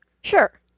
Sure